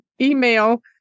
email